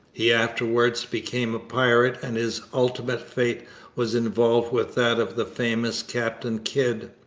he afterwards became a pirate, and his ultimate fate was involved with that of the famous captain kidd.